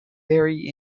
vary